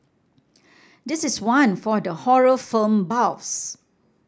this is one for the horror film buffs